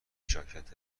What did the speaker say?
ژاکت